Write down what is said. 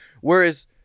Whereas